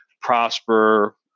prosper